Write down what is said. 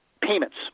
payments